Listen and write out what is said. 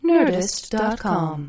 Nerdist.com